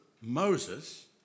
Moses